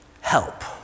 help